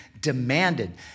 demanded